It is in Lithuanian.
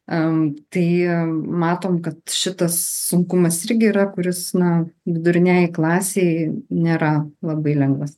tai matom kad šitas sunkumas irgi yra kuris na vidurinei klasei nėra labai lengvas